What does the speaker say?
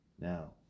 Now